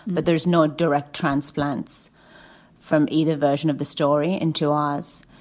but there's no direct transplants from either version of the story into oz.